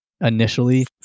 initially